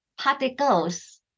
particles